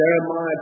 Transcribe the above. Jeremiah